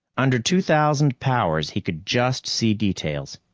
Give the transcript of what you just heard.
under two thousand powers, he could just see details.